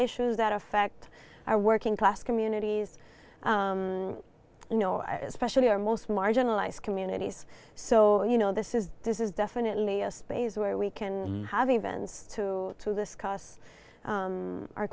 issues that affect our working class communities you know especially our most marginalized communities so you know this is this is definitely a space where we can have events to to discuss